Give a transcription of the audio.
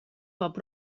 pop